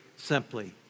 simply